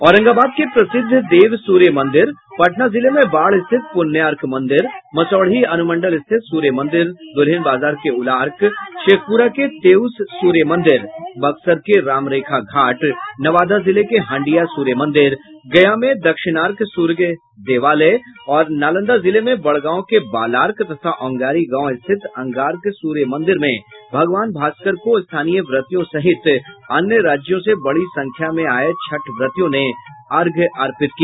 औरंगाबाद के प्रसिद्ध देव सूर्य मंदिर पटना जिले में बाढ़ स्थित पुण्यार्क मंदिर मसौढ़ी अनुमंडल स्थित सूर्य मंदिर दुल्हिन बाजार के उलार्क शेखपुरा के तेउस सूर्य मंदिर बक्सर के राम रेखा घाट नवादा जिले के हंडिया सूर्य मंदिर गया में दक्षिणार्क सूर्य देवालय और नालंदा जिले में बड़गांव के बालार्क तथा औगांरी गांव स्थित अंगार्क सूर्य मंदिर में भगवान भास्कर को स्थानीय व्रतियों सहित अन्य राज्यों से बड़ी संख्या में आये छठ व्रतियों ने अर्घ्य अर्पित किया